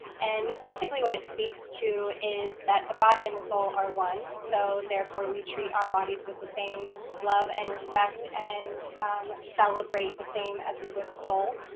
and basically what it speaks to is that the body and the soul are one. so therefore, we treat our bodies with the same love and respect and um celebrate the same as we would the soul.